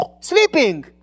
sleeping